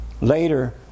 Later